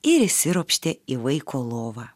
ir įsiropštė į vaiko lovą